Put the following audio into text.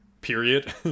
period